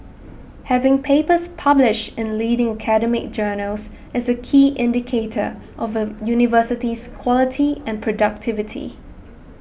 having papers published in leading academic journals is a key indicator of a university's quality and productivity